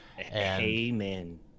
amen